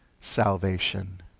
Salvation